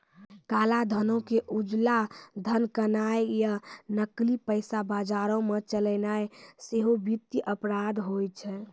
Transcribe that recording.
काला धनो के उजला धन करनाय या नकली पैसा बजारो मे चलैनाय सेहो वित्तीय अपराध होय छै